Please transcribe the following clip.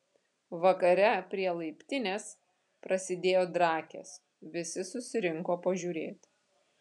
vakare prie laiptinės prasidėjo drakės visi susirinko pažiūrėt